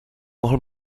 mohl